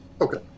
Okay